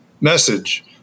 message